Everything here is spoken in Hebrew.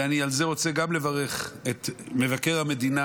וגם על זה אני רוצה לברך את מבקר המדינה,